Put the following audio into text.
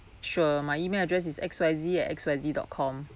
sure my email address is X Y Z at X Y Z dot com